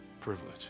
privilege